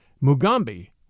Mugambi